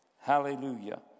Hallelujah